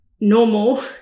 normal